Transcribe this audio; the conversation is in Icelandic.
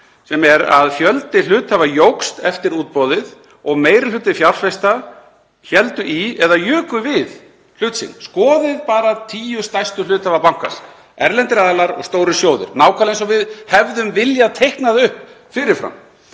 sem er að fjöldi hluthafa jókst eftir útboðið og meiri hluti fjárfesta hélt í hlut sinn eða jók við hann. Skoðið bara tíu stærstu hluthafa bankans, það eru erlendir aðilar og stórir sjóðir, nákvæmlega eins og við hefðum viljað teikna upp fyrir fram.